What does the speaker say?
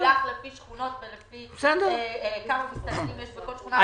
שמשויך לפי שכונות ולפי מספר המסתננים שיש בכל שכונה.